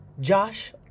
Josh